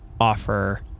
offer